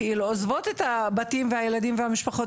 עוזבות את הבתים והילדים והמשפחות